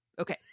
Okay